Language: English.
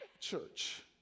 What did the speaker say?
church